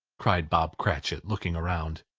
cried bob cratchit, looking round.